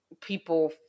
people